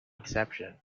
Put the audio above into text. exception